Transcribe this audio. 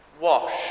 Wash